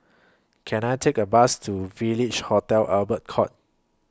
Can I Take A Bus to Village Hotel Albert Court